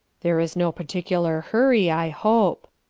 there is no particular hurry, i hope.